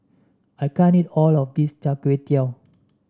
I can't eat all of this Char Kway Teow